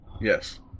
Yes